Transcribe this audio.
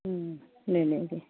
ले लेंगे